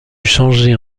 changer